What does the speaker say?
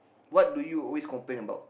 what do you always complain about